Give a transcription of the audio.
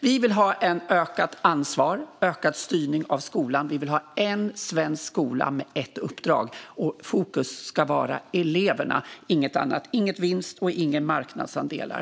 Vi vill att det ska vara ett ökat ansvar och en ökad styrning av skolan, och vi vill ha en svensk skola med ett uppdrag. Fokus ska vara eleverna, inget annat. Ingen vinst, och inga marknadsandelar.